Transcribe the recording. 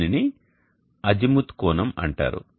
దీనిని అజిముత్ కోణం అంటారు